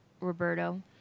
Roberto